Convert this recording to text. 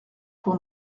pour